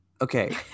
Okay